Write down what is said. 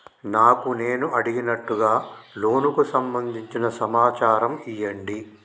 నాకు నేను అడిగినట్టుగా లోనుకు సంబందించిన సమాచారం ఇయ్యండి?